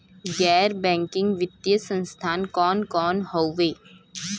गैर बैकिंग वित्तीय संस्थान कौन कौन हउवे?